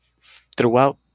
throughout